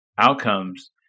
outcomes